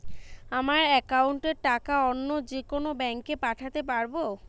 আমার একাউন্টের টাকা অন্য যেকোনো ব্যাঙ্কে পাঠাতে পারব?